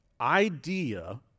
idea